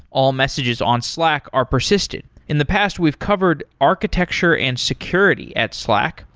all messages on slack are persistent. in the past we've covered architecture and security at slack.